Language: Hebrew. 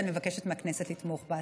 אני מבקשת מהכנסת לתמוך בהצעה.